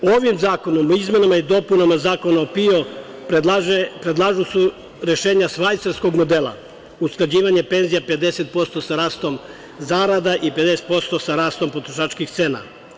Ovim zakonom o izmenama i dopunama Zakona o PIO predlažu se rešenja švajcarskog modela, usklađivanje penzija 50% sa rastom zarada i 50'% sa rastom potrošačkih cena.